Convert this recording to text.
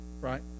right